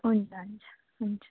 हुन्छ हुन्छ हुन्छ